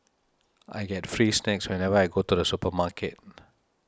I get free snacks whenever I go to the supermarket